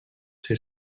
ser